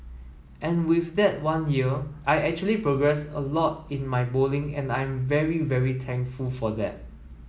and with that one year I actually progressed a lot in my bowling and I'm very very thankful for that